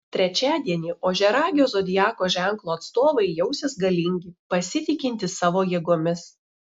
trečiadienį ožiaragio zodiako ženklo atstovai jausis galingi pasitikintys savo jėgomis